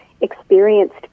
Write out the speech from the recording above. experienced